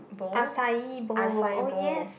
acai bowl oh yes